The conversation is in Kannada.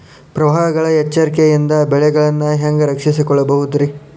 ಪ್ರವಾಹಗಳ ಎಚ್ಚರಿಕೆಯಿಂದ ಬೆಳೆಗಳನ್ನ ಹ್ಯಾಂಗ ರಕ್ಷಿಸಿಕೊಳ್ಳಬಹುದುರೇ?